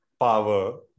power